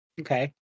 Okay